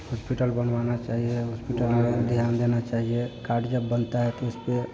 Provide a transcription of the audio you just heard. hospital बनवाना चाहिए hospital पर ध्यान देना चाहिए कार्ड जब बनता है तो इसपर